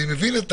אני מבין,